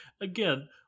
Again